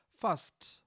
First